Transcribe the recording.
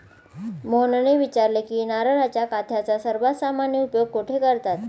मोहनने विचारले की नारळाच्या काथ्याचा सर्वात सामान्य उपयोग कुठे करतात?